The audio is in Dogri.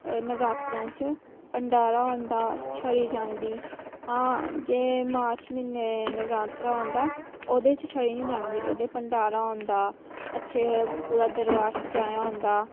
नवरात्रें च भंडारा होंदा छड़ी जांदी आं जे मार्च म्हीने नवरात्रा होंदा ओह्दे च छड़ी निं जांदी ओह्दे ई भंडारा होंदा अच्छे पूरा दरबार सजाया होंदा